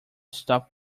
stop